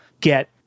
get